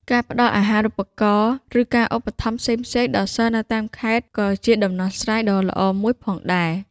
ការផ្តល់អាហារូបករណ៍ ឬការឧបត្ថម្ភផ្សេងៗដល់សិស្សនៅតាមខេត្តក៏ជាដំណោះស្រាយដ៏ល្អមួយផងដែរ។